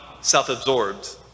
self-absorbed